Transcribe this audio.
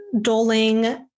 doling